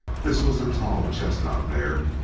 this was a tall chestnut mare,